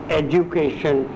education